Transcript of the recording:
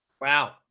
Wow